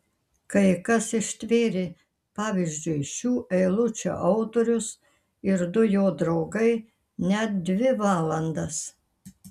kai kas ištvėrė pavyzdžiui šių eilučių autorius ir du jo draugai net dvi valandas